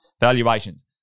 Valuations